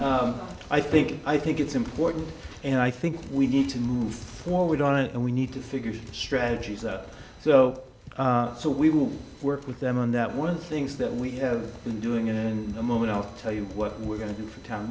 and i think i think it's important and i think we need to move forward on it and we need to figure out the strategies are so so we will work with them on that one of the things that we have been doing in a moment i'll tell you what we're going to do for town